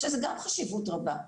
יש לזה גם חשיבות רבה.